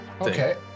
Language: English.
Okay